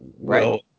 Right